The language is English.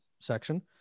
section